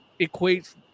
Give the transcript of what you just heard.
equates